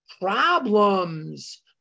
problems